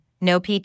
no-PT